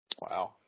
Wow